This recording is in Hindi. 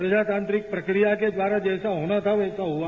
प्रजातांत्रिक प्रक्रिया के द्वारा जैसा होना था वैसा हआ